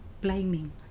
blaming